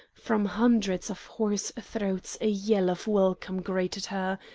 from hundreds of hoarse throats a yell of welcome greeted her,